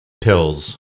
pills